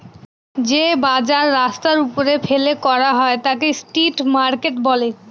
যে বাজার রাস্তার ওপরে ফেলে করা হয় তাকে স্ট্রিট মার্কেট বলে